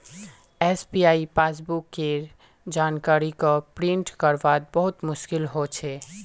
SBI passbook केर जानकारी क प्रिंट करवात बहुत मुस्कील हो छे